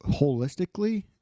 holistically